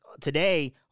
today